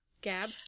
Gab